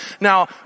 Now